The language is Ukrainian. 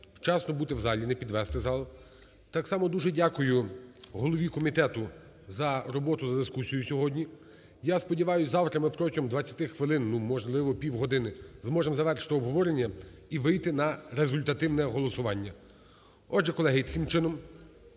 вчасно бути в залі, не підвести зал. Так само дуже дякую голові комітету за роботу, за дискусію сьогодні. Я сподіваюсь, завтра ми протягом 20 хвилин, можливо, півгодини, зможемо завершити обговорення і вийти на результативне голосування. Отже, колеги, таким чином.